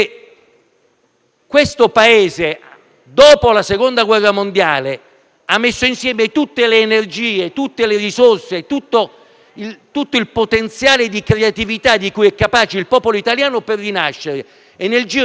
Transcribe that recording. che l'Italia, dopo la Seconda guerra mondiale, ha messo insieme tutte le energie, tutte le risorse e tutto il potenziale di creatività di cui è capace il popolo italiano per rinascere, e nel giro di pochi anni